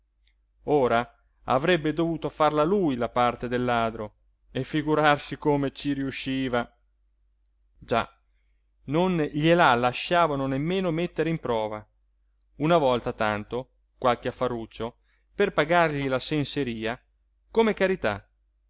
ora avrebbe dovuto farla lui la parte del ladro e figurarsi come ci riusciva già non gliela lasciavano nemmeno mettere in prova una volta tanto qualche affaruccio per pagargli la sensería come carità